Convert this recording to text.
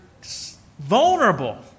vulnerable